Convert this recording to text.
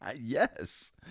Yes